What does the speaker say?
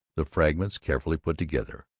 the fragments carefully put together,